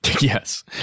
Yes